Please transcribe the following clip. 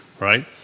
right